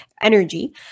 energy